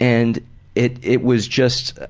and it it was just,